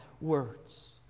words